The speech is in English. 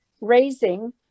raising